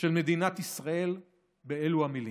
של מדינת ישראל באלו המילים,